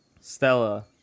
Stella